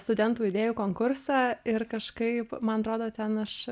studentų idėjų konkursą ir kažkaip man atrodo ten aš